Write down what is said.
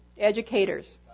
Educators